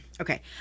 okay